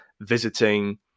visiting